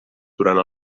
durant